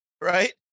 right